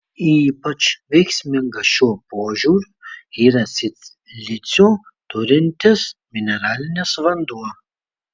ypač veiksmingas šiuo požiūriu yra silicio turintis mineralinis vanduo